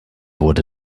wurde